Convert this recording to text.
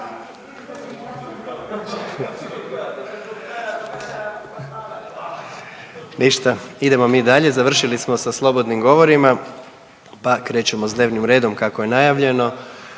idemo mi dalje. Završili smo sa slobodnim govorima, pa krećemo s dnevnim redom kako je najavljeno.